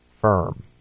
firm